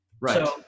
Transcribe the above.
Right